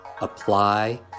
apply